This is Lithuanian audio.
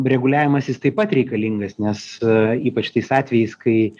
reguliavimas jis taip pat reikalingas nes ypač tais atvejais kai